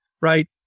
right